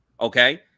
Okay